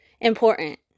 important